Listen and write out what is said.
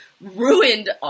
ruined